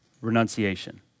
renunciation